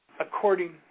according